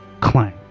Clang